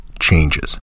changes